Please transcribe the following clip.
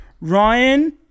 Ryan